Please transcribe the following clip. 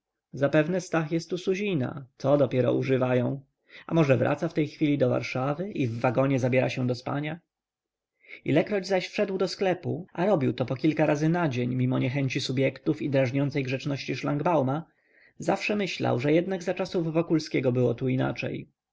zapewne stach jest u suzina to dopiero używają a może wraca w tej chwili do warszawy i w wagonie zabiera się do spania ilekroć zaś wszedł do sklepu a robił to pokilka razy na dzień mimo niechęci subjektów i drażniącej grzeczności szlangbauma zawsze myślał że jednak za czasów wokulskiego było tu inaczej